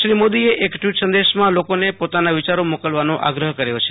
શ્રી મોદીએ એક ટવીટ સંદેશામાં લોકોને પોતાના વિચારો મોકલવાનું આગ્રહ કર્યો છે